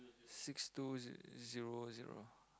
six two ze~ zero zero